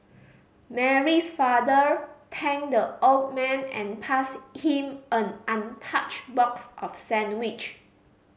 Mary's father thanked the old man and passed him an untouched box of sandwich